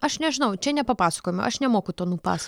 aš nežinau čia nepapasakojama aš nemoku to nupasakot